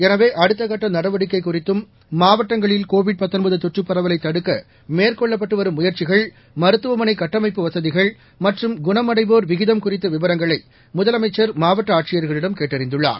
எனவே அடுத்த கட்ட நடவடிக்கை குறித்தும் மாவட்டங்களில் கோவிட் தொற்றுப் பரவலை தடுக்க மருத்துவமனை கட்டமைப்பு வசதிகள் மற்றும் குணமடைவோர் விகிதம் குறித்த விவரங்களை முதலமைச்சர் மாவட்ட ஆட்சியர்களிடம் கேட்டறிந்துள்ளார்